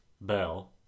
Bell